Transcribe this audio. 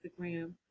Instagram